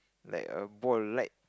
like a ball like